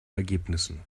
ergebnissen